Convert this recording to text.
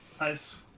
Nice